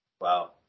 Wow